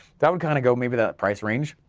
that would kind of go, maybe that price range.